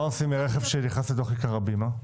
מה עושים לרכב שנכנס לכיכר הבימה?